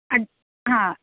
ಅದು ಹಾಂ